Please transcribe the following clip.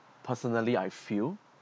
personally I feel